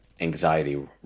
Anxiety